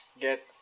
get